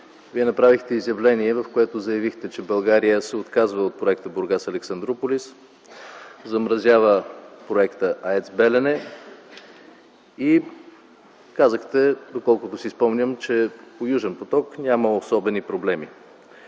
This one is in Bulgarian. Вие направихте изявление, в което заявихте, че България се отказва от проекта „Бургас-Александруполис”, замразява проекта АЕЦ „Белене” и казахте, доколкото си спомням, че „Южен поток” няма особени проблеми.